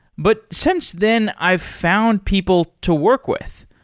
but since then, i've found people to work with,